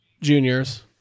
juniors